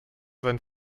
sein